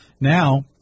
Now